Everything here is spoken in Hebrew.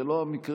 זה לא המקרה.